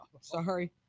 sorry